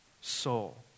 Soul